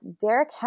Derek